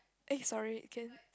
eh sorry again